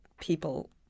people